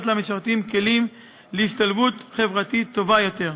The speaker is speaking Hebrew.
למשרתים כלים להשתלבות חברתית טובה יותר,